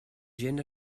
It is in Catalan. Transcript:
gent